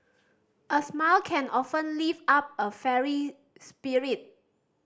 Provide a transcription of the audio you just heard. a smile can often lift up a fairy spirit